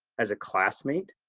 as a classmate,